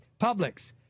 Publix